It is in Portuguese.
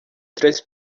três